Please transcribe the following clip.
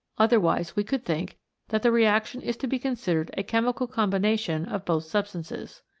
otherwise we could think that the reaction is to be considered a chemical combination of both substances.